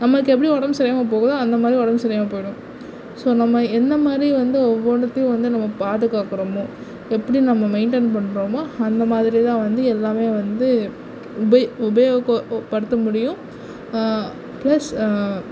நம்மளுக்கு எப்படி உடம்பு சரி இல்லாமல் போகுதோ அந்தமாதிரி உடம்பு சரி இல்லாமல் போயிடும் ஸோ நம்ம என்னமாதிரி வந்து ஒவ்வொன்றுத்தையும் வந்து நம்ம பாதுகாக்கிறோமோ எப்படி நம்ம மெயின்டைன் பண்றோமோ அந்த மாதிரிதான் வந்து எல்லாமே வந்து உபயோகப்படுத்த முடியும் ப்ளஸ்